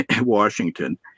Washington